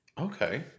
Okay